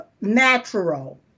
natural